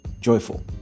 joyful